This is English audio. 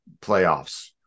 playoffs